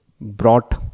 brought